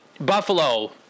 Buffalo